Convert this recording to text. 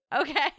okay